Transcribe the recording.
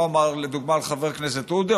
מה הוא אמר, לדוגמה, על חבר הכנסת עודה?